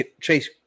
Chase